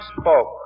spoke